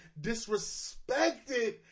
disrespected